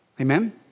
Amen